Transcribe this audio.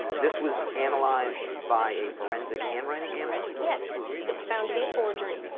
this was analyzed by a forensic handwriting analyst? yes. it was found to be a forgery.